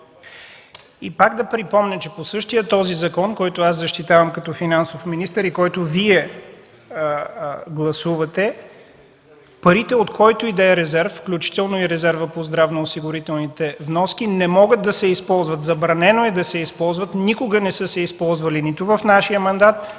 И пак да припомня, по същия този закон, който защитавам като финансов министър и който Вие гласувате, парите от който и да е резерв, включително и резерва по здравноосигурителните вноски, не могат да се използват, забранено е да се използват, никога не са се използвали – нито в нашия мандат,